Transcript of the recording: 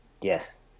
Yes